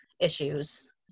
issues